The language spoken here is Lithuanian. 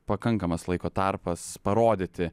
pakankamas laiko tarpas parodyti